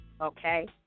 Okay